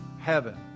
heaven